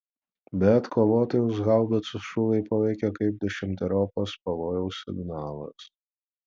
bet kovotojus haubicų šūviai paveikė kaip dešimteriopas pavojaus signalas